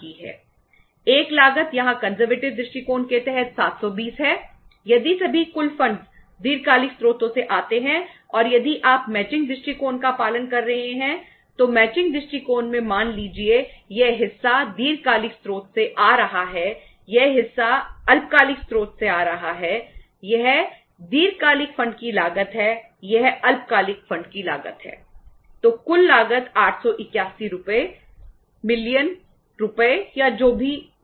एक लागत यहां कंजरवेटिव रुपये या जो भी हो